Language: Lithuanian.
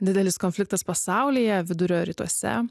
didelis konfliktas pasaulyje vidurio rytuose